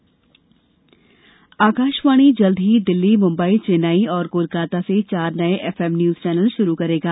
नये FM channel Akashvani जल्द ही दिल्ली मुंबई चेन्नई और कोलकाता से चार नये एफएम न्यूज चैनल शुरू करेगा